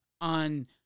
on